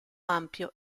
ampio